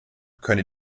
könne